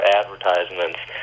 advertisements